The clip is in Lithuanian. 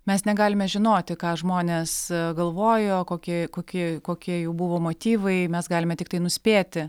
mes negalime žinoti ką žmonės galvojo kokie kokie kokie jų buvo motyvai mes galime tiktai nuspėti